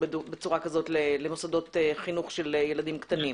בצורה כזו למוסדות חינוך של ילדים קטנים?